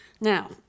Now